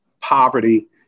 poverty